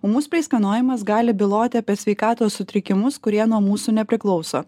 ūmus pleiskanojimas gali byloti apie sveikatos sutrikimus kurie nuo mūsų nepriklauso